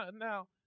Now